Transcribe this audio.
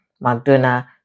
McDonald's